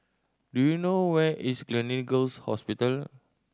do you know where is Gleneagles Hospital